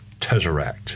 Tesseract